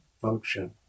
function